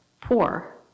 Poor